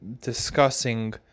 discussing